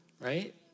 Right